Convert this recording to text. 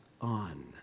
on